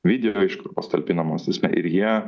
video iškarpos talpinamos ir jie